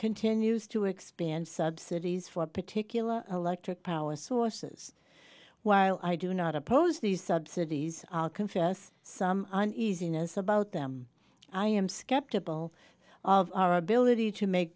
continues to expand subsidies for particular electric power sources while i do not oppose these subsidies i'll confess some uneasiness about them i am skeptical of our ability to make